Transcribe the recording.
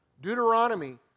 Deuteronomy